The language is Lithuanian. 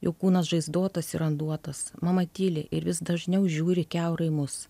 jo kūnas žaizdotas ir randuotas mama tyli ir vis dažniau žiūri kiaurai mus